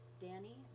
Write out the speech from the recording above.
Danny